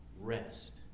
rest